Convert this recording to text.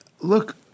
look